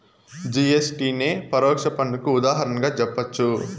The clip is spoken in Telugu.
జి.ఎస్.టి నే పరోక్ష పన్నుకు ఉదాహరణగా జెప్పచ్చు